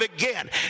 again